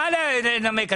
מה לנמק?